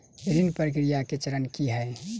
ऋण प्रक्रिया केँ चरण की है?